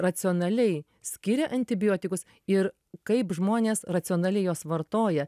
racionaliai skiria antibiotikus ir kaip žmonės racionaliai juos vartoja